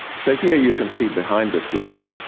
so here you can see behind this list.